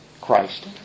Christ